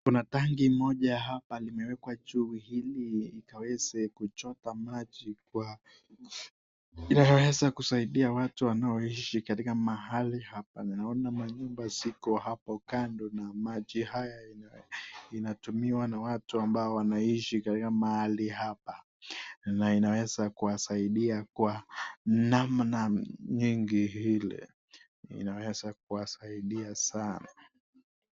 Kuna tanki moja hapa limewekwa juu, ili ikaweze kuchota maji kwa, inaweza kusaidia watu wanaoishi katika mahali hapa. Naona manyumba ziko hapo kando na maji haya, inatumiwa na watu ambao wanaoishi katika mahali hapa, na inaweza kuwasaidia kwa namna nyingi ile inaweza kuwasaidia sana.